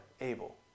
Abel